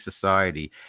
society